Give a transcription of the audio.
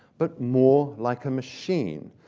but more like a machine.